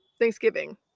thanksgiving